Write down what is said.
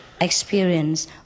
experience